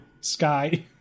Sky